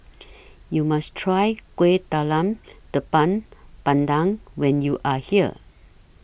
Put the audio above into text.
YOU must Try Kueh Talam Tepong Pandan when YOU Are here